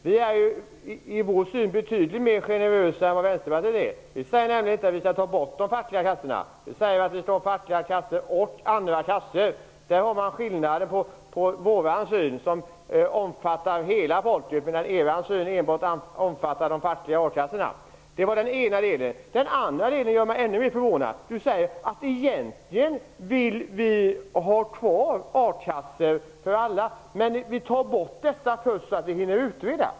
Vi är i vår syn mer generösa än vad Vänsterpartiet är. Vi säger inte att vi skall ta bort de fackliga kassorna. Vi säger att vi skall ha fackliga kassor och andra kassor. Där är skillnaden, vår syn omfattar hela området medan er syn enbart omfattar de fackliga a-kassorna. Det var den ena delen. Den andra delen gör mig ännu mer förvånad. Ingrid Burman säger att ni egentligen vill ha kvar akassor för alla men ni tar bort en del först för att hinna utreda.